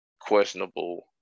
questionable